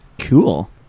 cool